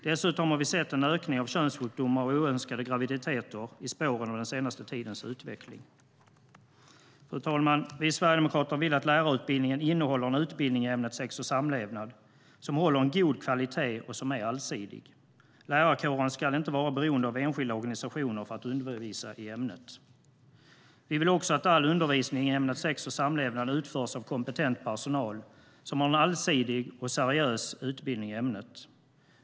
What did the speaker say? Dessutom har vi sett en ökning av könssjukdomar och oönskade graviditeter i spåren av den senaste tidens utveckling. Fru talman! Vi sverigedemokrater vill att lärarutbildningen innehåller utbildning i ämnet sex och samlevnad som håller god kvalitet och är allsidig. Lärarkåren ska inte vara beroende av enskilda organisationer för att undervisa i ämnet. Vi vill att all undervisning i ämnet sex och samlevnad utförs av kompetent personal som har en allsidig och seriös utbildning i ämnet.